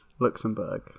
Luxembourg